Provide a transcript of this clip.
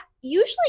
usually